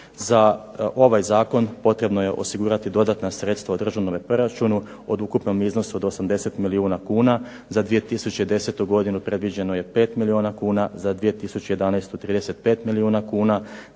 Za ovaj zakon potrebno je osigurati dodatna sredstva u državnom proračunu od ukupnog iznosa od 80 milijuna kuna. Za 2010. predviđeno je 5 milijuna kuna, za 2011. 35 milijuna kuna,